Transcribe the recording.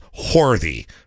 Horthy